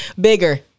bigger